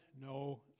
No